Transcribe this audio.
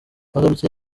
agarutse